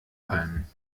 palmen